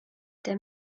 der